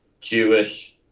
Jewish